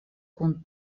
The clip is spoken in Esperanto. kun